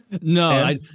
No